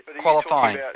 qualifying